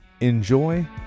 enjoy